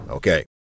Okay